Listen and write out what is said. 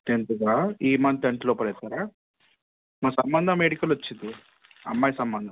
tenth ఈ month tenth లోపల అవుతారా మరి సంబంధం ఏడికెళ్లి వచ్చింది అమ్మాయి సంబంధం